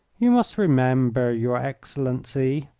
you must remember, your excellency,